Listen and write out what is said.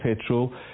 petrol